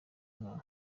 nka